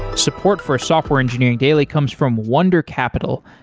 support for software engineering daily comes from wunder capital,